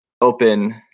open